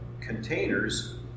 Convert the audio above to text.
containers